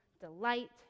delight